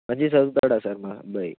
మంచిగా చదువుతాడా సార్ మా అబ్బాయి